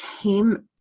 came